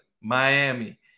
Miami